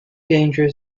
danger